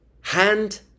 Hand